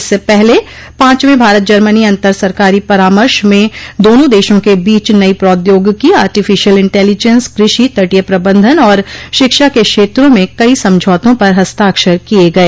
इससे पहले पांचवें भारत जर्मनी अंतर सरकारी परामर्श में दोनों देशों के बीच नई प्रौद्यागिकी आर्टिफिशियल इंटेलिजेंस कृषि तटीय प्रबंधन और शिक्षा के क्षेत्रों में कई समझौतों पर हस्ताक्षर किए गए